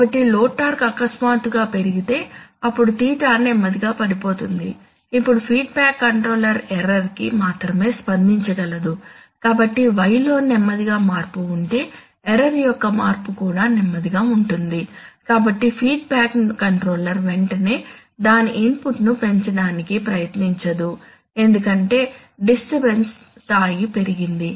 కాబట్టి load torque అకస్మాత్తుగా పెరిగితే అప్పుడు తీటా నెమ్మదిగా పడిపోతుంది ఇప్పుడు ఫీడ్బ్యాక్ కంట్రోలర్ ఎర్రర్ కి మాత్రమే స్పందించగలదు కాబట్టి y లో నెమ్మదిగా మార్పు ఉంటే ఎర్రర్ యొక్క మార్పు కూడా నెమ్మదిగా ఉంటుంది కాబట్టి ఫీడ్బ్యాక్ కంట్రోలర్ వెంటనే దాని ఇన్పుట్ను పెంచడానికి ప్రయత్నించదు ఎందుకంటే డిస్టర్బన్స్ స్థాయి పెరిగింది